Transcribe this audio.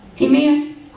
Amen